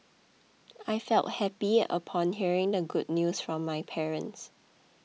I felt happy upon hearing the good news from my parents